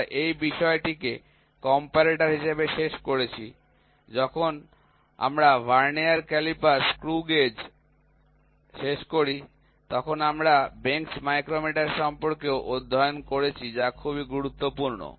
আমরা এই বিষয়টিকে কম্পেরেটর হিসাবে শেষ করেছি যখন আমরা ভার্নিয়ার কলিপার স্ক্রু গেজ শেষ করি তখন আমরা বেঞ্চ মাইক্রোমিটার সম্পর্কেও অধ্যয়ন করেছি যা খুবই গুরুত্বপূর্ণ